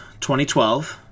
2012